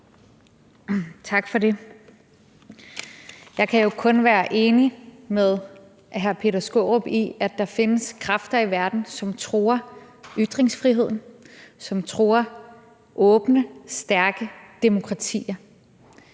Tak for det. Jeg kan jo kun være enig med hr. Peter Skaarup i, at der findes kræfter i verden, som truer ytringsfriheden, som truer åbne, stærke demokratier.